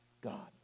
God